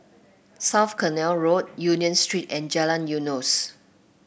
South Canal Road Union Street and Jalan Eunos